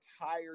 entire